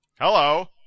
Hello